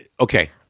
Okay